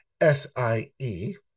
SIE